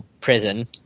prison